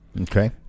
Okay